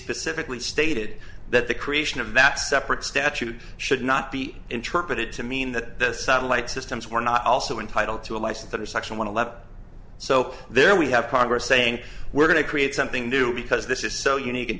specifically stated that the creation of that separate statute should not be interpreted to mean that the satellite systems were not also entitled to a license that are section one eleven so there we have congress saying we're going to create something new because this is so unique and